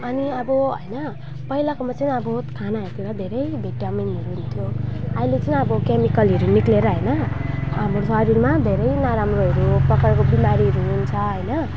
अनि अब होइन पहिलाकोमा चाहिँ अब खानाहरूतिर धेरै भिटामिनहरू हुन्थ्यो अहिले चाहिँ अब क्यामिकलहरू निक्लिएर होइन हाम्रो शरीरमा धेरै नराम्रोहरू प्रकारको बिमारीहरू हुन्छ होइन